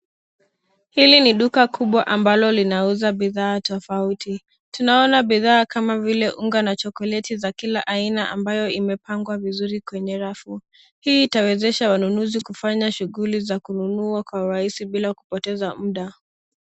Hili ni duka kubwa ambalo linauza bidhaa tofauti, tunaona bidhaa kama vile unga na chokoleti za kila aina ambayo imepangwa vizuri kwenye rafu, hii itawezesha wanunuzi kufanya shughuli za kununua kwa rais bila kupoteza muda.